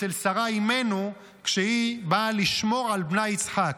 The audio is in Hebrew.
אצל שרה אימנו כשהיא באה לשמור על בנה יצחק.